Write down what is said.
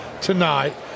tonight